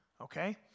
okay